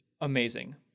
amazing